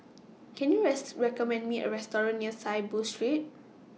Can YOU rest recommend Me A Restaurant near Saiboo Street